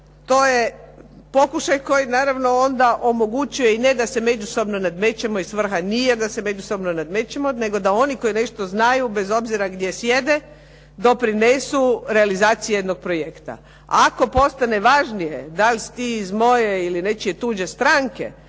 To je pokušaj kojeg naravno onda omogućuje i njega se međusobno nadmećemo i svrha nije da se međusobno namećemo, nego da oni koji nešto znaju bez obzira gdje sjede doprinesu realizaciji jednog projekata. Ako postane važnije da li si ti iz moje ili neke tuđe stranke,